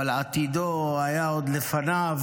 אבל עתידו היה עוד לפניו,